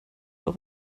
auch